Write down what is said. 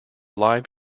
live